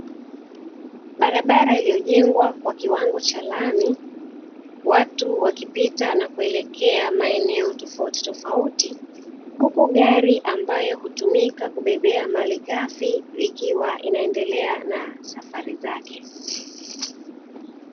Barabara iliyojengwa kwa kiwango cha lami watu wakipita na kuelekea maeneo tofutitofauti, huku gari ambayo hutumika kubebea malighafi ikiwa inaendelea na safari zake.